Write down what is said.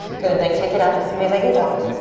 good, then kick it up, three-legged dog.